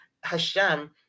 Hashem